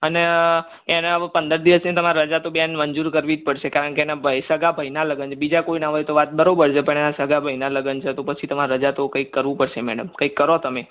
અને એને હવે પંદર દિવસની તમારે રજા તો બેન મંજૂર કરવી જ પડશે કારણ કે એના ભાઈ સગા ભાઈનાં લગ્ન છે બીજા કોઈ ના હોય તો વાત બરાબર છે પણ એના સગા ભાઈનાં લગ્ન છે તો પછી તમારે રજા તો કંઈક કરવું પડશે મેડમ કંઈક કરો તમે